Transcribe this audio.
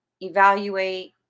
evaluate